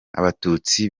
abatutsi